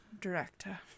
director